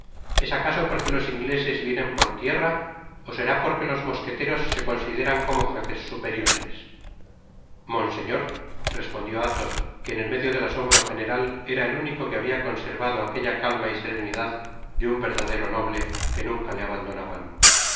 es acaso porque los ingleses vienen por tierra ó será porque los mosqueteros se consideran como jefes superiores v up i ifmonrteñor respondió athos quiea en medio del asombro general era el único que babia conservado aquella calma y serenidad deun verdadero noble que nunca le abandonaban